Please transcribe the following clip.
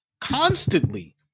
constantly